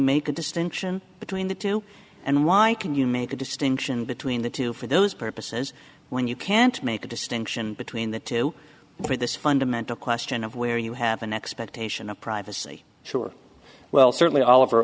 make a distinction between the two and why can you make a distinction between the two for those purposes when you can't make a distinction between the two where this fundament the question of where you have an expectation of privacy sure well certainly oliver